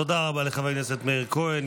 תודה רבה לחבר הכנסת מאיר כהן.